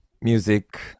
Music